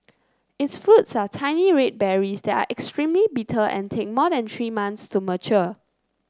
its fruits are tiny red berries that are extremely bitter and take more than three months to mature